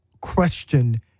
question